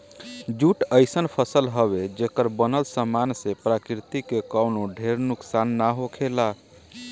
jute अइसन फसल हवे, जेकर बनल सामान से प्रकृति के कवनो ढेर नुकसान ना होखेला